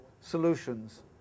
solutions